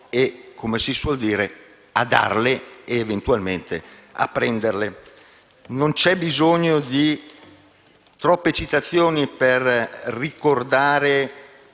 e, come si suol dire, a "darle" ed eventualmente a "prenderle". Non c'è bisogno di troppe citazioni per ricordare